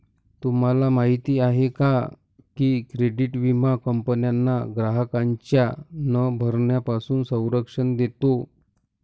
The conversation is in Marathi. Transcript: तुम्हाला माहिती आहे का की क्रेडिट विमा कंपन्यांना ग्राहकांच्या न भरण्यापासून संरक्षण देतो